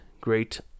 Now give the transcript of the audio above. great